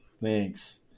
Thanks